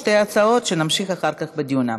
שתי הצעות שנמשיך אחר כך בדיון עליהן.